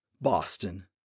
Boston